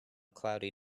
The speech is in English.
cloudy